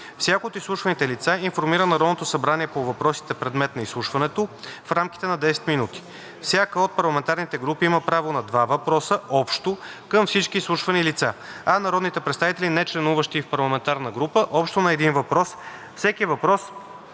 Всяко от изслушваните лица информира Народното събрание по въпросите, предмет на изслушването, в рамките на 10 минути. Всяка от парламентарните групи има право на 2 въпроса общо към всички изслушвани лица, а народните представители, нечленуващи в парламентарна група – общо на един въпрос, всеки въпрос